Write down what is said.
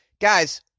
Guys